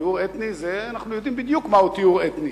טיהור אתני אנחנו יודעים בדיוק מה זה טיהור אתני.